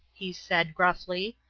he said, gruffly.